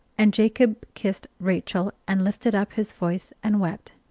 and jacob kissed rachel, and lifted up his voice and wept.